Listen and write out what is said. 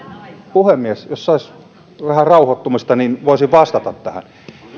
puhemies jos saisi vähän rauhoittumista niin voisin vastata tähän